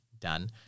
done